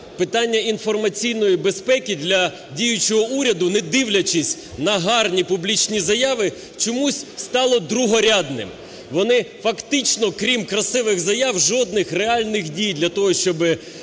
питання інформаційної безпеки для діючого уряду, не дивлячись на гарні публічні заяви, чомусь стало другорядним. Вони фактично, крім красивих заяв, жодних реальних дій для того, щоб